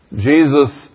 Jesus